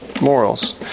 Morals